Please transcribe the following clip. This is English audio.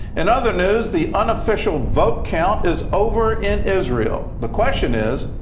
in other news, the unofficial vote count is over in israel. the question is,